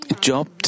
job